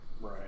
Right